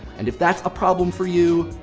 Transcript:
and if that's a problem for you,